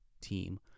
team